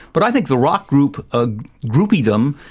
but i think the rock group ah groupiedom,